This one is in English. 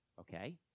okay